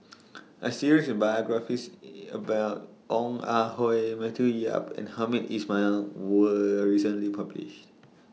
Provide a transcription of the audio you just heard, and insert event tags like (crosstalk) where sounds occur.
A series of biographies (noise) about Ong Ah Hoi Matthew Yap and Hamed Ismail was recently published